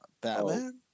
Batman